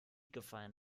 gefallen